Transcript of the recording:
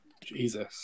Jesus